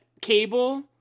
Cable